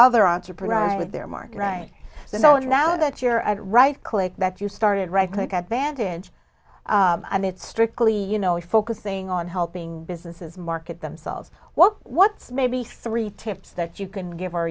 other entrepreneurs with their market right now that you're at right click that you started right click advantage and it's strictly you know a focusing on helping businesses market themselves what what's maybe three tips that you can give